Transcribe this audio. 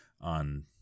on